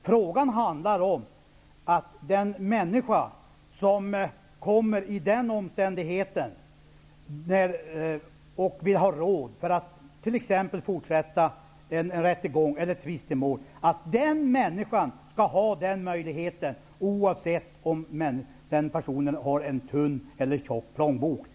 Frågan handlar om att den människa som vill ha råd för att fortsätta en rättegång eller ett tvistemål skall ha möjlighet till detta oavsett om han har en tunn eller en tjock plånbok.